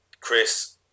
Chris